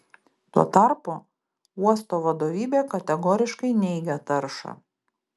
tuo tarpu uosto vadovybė kategoriškai neigia taršą